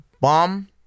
bomb